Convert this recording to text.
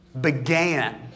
began